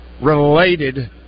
related